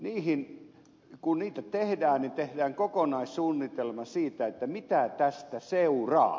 niin kun niitä tehdään niin tehdään kokonaissuunnitelma siitä mitä tästä seuraa